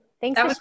Thanks